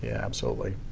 yeah absolutely.